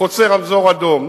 חוצה רמזור אדום,